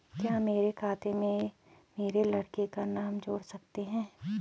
क्या मेरे खाते में मेरे लड़के का नाम जोड़ सकते हैं?